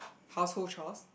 household chores